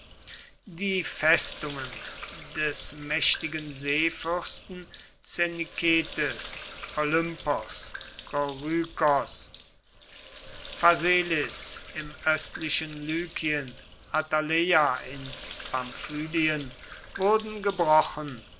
die festungen des mächtigen seefürsten zeniketes olympos korykos phaselis im östlichen lykien attaleia in pamphylien wurden gebrochen